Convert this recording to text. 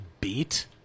beat